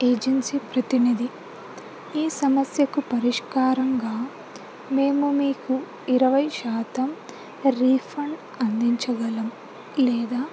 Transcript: agency ప్రతినిధి ఈ సమస్యకు పరిష్కారంగా మేము మీకు ఇరవై శాతం రీఫండ్ అందించగలం లేదా